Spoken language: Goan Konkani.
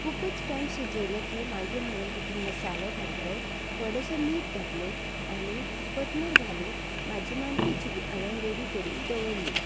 खुबूच टायम शिजयलें की मागीर हांवें तातूंत मसालो घातलो थोडेशें मीठ घातलें आनी कोथमीर घालून म्हजी माणकी चिली हांवें रेडी करून दवरली